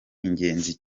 ingenzi